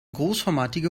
großformatige